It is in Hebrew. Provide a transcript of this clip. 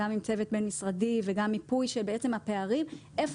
גם עם צוות בין-משרדי וגם מיפוי של הפערים איפה